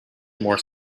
more